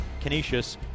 Canisius